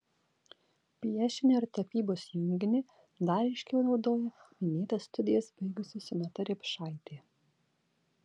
piešinio ir tapybos junginį dar ryškiau naudoja minėtas studijas baigusi sonata riepšaitė